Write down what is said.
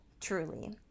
Truly